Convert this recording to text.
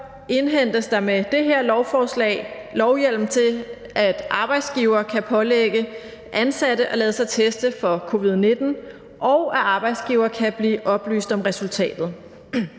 indhentes der med det her lovforslag lovhjemmel til, at en arbejdsgiver kan pålægge sine ansatte at lade sig teste for covid-19, og at arbejdsgiveren kan blive oplyst om resultatet.